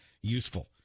useful